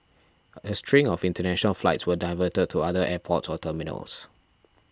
a string of international flights were diverted to other airports or terminals